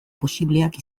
posibleak